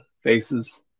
faces